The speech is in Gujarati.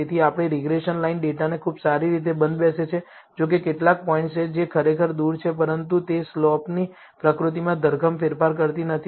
તેથી આપણી રીગ્રેસન લાઇન ડેટાને ખૂબ સારી રીતે બંધબેસે છે જોકે કેટલાક પોઇન્ટ્સ છે જે ખરેખર દૂર છે પરંતુ તે સ્લોપની પ્રકૃતિમાં ધરખમ ફેરફાર કરતી નથી